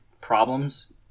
problems